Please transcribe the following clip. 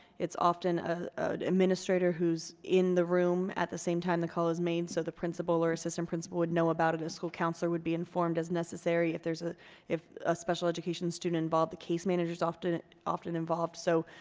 it's often ah an administrator who's in the room at the same time the call is made, so the principal or assistant principal would know about it. a school counselor would be informed as necessary. if there's ah a special education student involved, the case manager's often often involved. so,